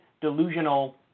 delusional